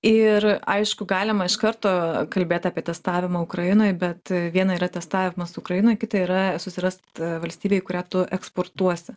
ir aišku galima iš karto kalbėt apie testavimą ukrainoj bet viena yra testavimas ukrainoj kita yra susirast valstybę į kurią tu eksportuosi